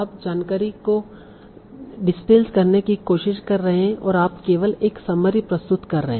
आप जानकारी को डिस्टिल करने की कोशिश कर रहे हैं और आप केवल एक समरी प्रस्तुत कर रहे हैं